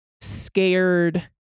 scared